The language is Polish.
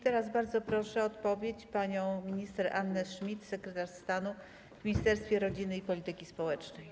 Teraz bardzo proszę o odpowiedź panią minister Annę Schmidt, sekretarz stanu w Ministerstwie Rodziny i Polityki Społecznej.